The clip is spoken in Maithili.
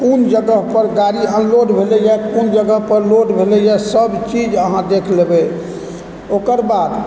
कोन जगह पर गाड़ी अनलोड भेलैए कोन जगह पर लोड भेलैए सब चीज अहाँ देख लेबै ओकर बाद